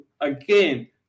again